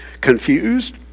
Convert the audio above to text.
confused